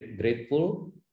grateful